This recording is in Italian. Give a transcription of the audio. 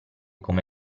come